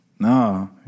no